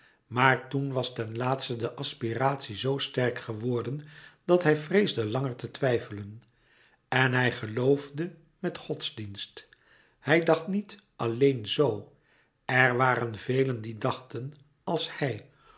maar toen was ten laatste de aspiratie zoo sterk geworden dat hij vreesde langer te twijfelen en hij geloofde met godsdienst hij dacht niet alleen zoo er waren velen die dachten als hij